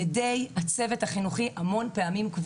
אני יודעת שידי הצוות החינוכי כבולות הרבה פעמים.